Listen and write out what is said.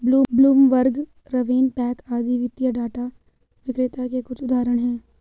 Bloomberg, RavenPack आदि वित्तीय data विक्रेता के कुछ उदाहरण हैं